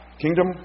kingdom